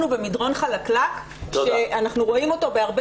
אנחנו במדרון חלקלק שאנחנו רואים אותו בהרבה